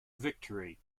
victory